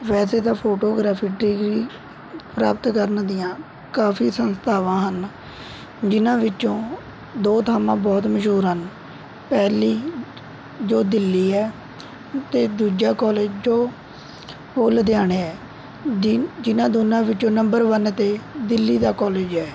ਵੈਸੇ ਤਾਂ ਫੋਟੋਗ੍ਰਾਫੀ ਪ੍ਰਾਪਤ ਕਰਨ ਦੀਆਂ ਕਾਫੀ ਸੰਸਥਾਵਾਂ ਹਨ ਜਿਨ੍ਹਾਂ ਵਿੱਚੋਂ ਦੋ ਥਾਵਾਂ ਬਹੁਤ ਮਸ਼ਹੂਰ ਹਨ ਪਹਿਲੀ ਜੋ ਦਿੱਲੀ ਹੈ ਅਤੇ ਦੂਜਾ ਕਾਲਜ ਜੋ ਉਹ ਲੁਧਿਆਣੇ ਦਿਨ ਜਿਨ੍ਹਾਂ ਦੋਨਾਂ ਵਿੱਚੋ ਨੰਬਰ ਵਨ ਅਤੇ ਦਿੱਲੀ ਦਾ ਕਾਲਜ ਹੈ